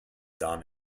don